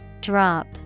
Drop